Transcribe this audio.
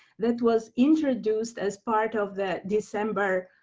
that was introduced as part of the december